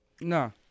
No